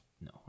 No